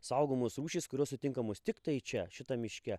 saugomos rūšys kurios sutinkamos tiktai čia šitam miške